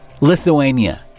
Lithuania